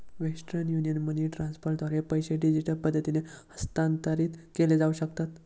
western Union money ट्रान्स्फरद्वारे पैसे digital पद्धतीने हस्तांतरित केले जाऊ शकतात